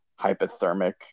hypothermic